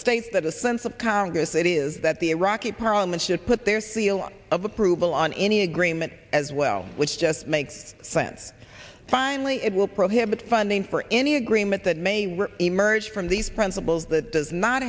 states that a sense of congress it is that the iraqi parliament should put their seal of approval on any agreement as well which just makes sense finally it will prohibit funding for any agreement that may were emerged from these principles that does not